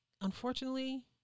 Unfortunately